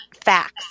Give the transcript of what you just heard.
facts